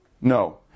No